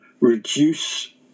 reduce